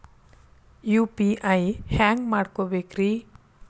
UPI ಹ್ಯಾಂಗ ಮಾಡ್ಕೊಬೇಕ್ರಿ?